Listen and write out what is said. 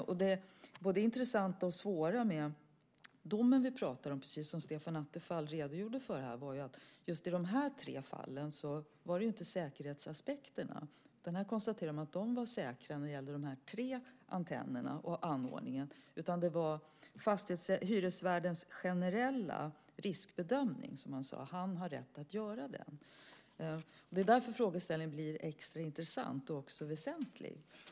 Det intressanta och svåra med den dom vi pratar om var, precis som Stefan Attefall redogjorde för, att det i just de här tre fallen inte handlade om säkerhetsaspekterna. Man konstaterade att när det gällde de här tre antennerna och anordningarna var säkerhetsaspekterna tillgodosedda. Det handlade om hyresvärdens generella riskbedömning. Han har rätt att göra den. Frågeställningen blir därför extra intressant och väsentlig.